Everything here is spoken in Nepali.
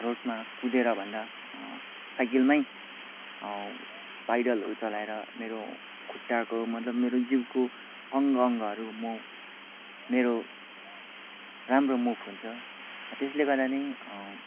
रोडमा कुदेरभन्दा साइकलमै पाइडलहरू चलाएर मेरो खुट्टाको मतलब मेरो जिउको अङ्ग अङ्गहरू म मेरो राम्रो मुभ हुन्छ त्यसले गर्दा नै